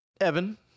Evan